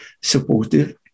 supportive